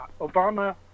Obama